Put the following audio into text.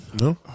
No